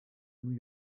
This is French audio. new